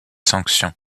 sanctions